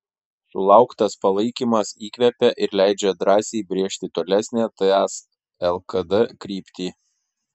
sulauktas palaikymas įkvepia ir leidžia drąsiai brėžti tolesnę ts lkd kryptį